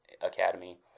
academy